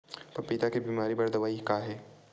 पपीता के बीमारी बर दवाई का हे?